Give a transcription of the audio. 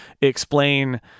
explain